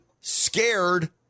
scared